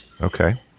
Okay